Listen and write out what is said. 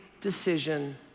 decision